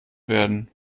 werden